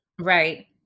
Right